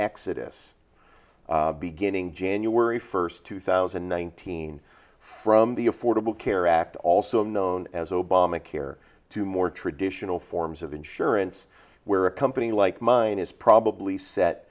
exodus beginning january first two thousand and nineteen from the affordable care act also known as obamacare to more traditional forms of insurance where a company like mine is probably set